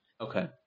okay